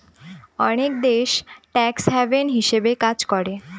অনেক দেশ tax haven হিসাবে কাজ করে